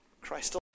Christ